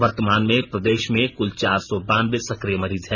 वर्तमान में प्रदेश में कुल चार सौ बानबे सकिय मरीज हैं